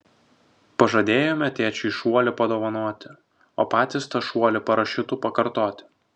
pažadėjome tėčiui šuolį padovanoti o patys tą šuolį parašiutu pakartoti